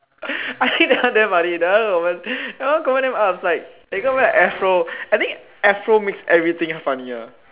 I think that one damn funny that one that one confirm damn that guy wear a afro I think afro makes everything funnier